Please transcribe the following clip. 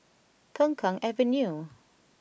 Peng Kang Avenue